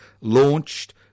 launched